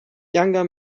younger